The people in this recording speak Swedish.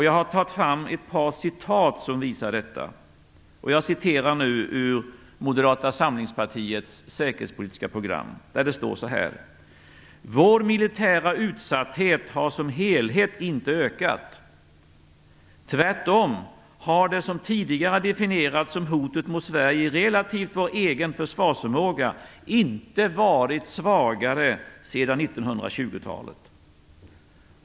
Jag har tagit fram ett par citat som visar detta. I programmet står: "Vår militära utsatthet har som helhet inte ökat. Tvärtom har det som tidigare definierats som hotet mot Sverige relativt vår egen försvarsförmåga inte varit svagare sedan 1920-talet."